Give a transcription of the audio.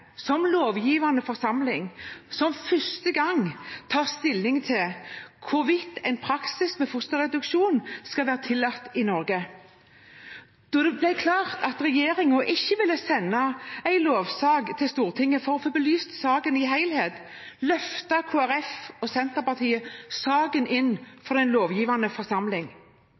som lovgivende forsamling som for første gang tar stilling til hvorvidt en praksis med fosterreduksjon skal være tillatt i Norge. Da det ble klart at regjeringen ikke ville sende en lovsak til Stortinget for å få belyst saken i sin helhet, løftet Kristelig Folkeparti og Senterpartiet saken inn for den lovgivende forsamling.